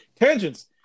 Tangents